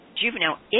Juvenile